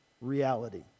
reality